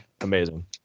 Amazing